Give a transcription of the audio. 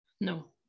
No